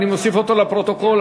אני מוסיף אותו לפרוטוקול,